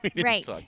Right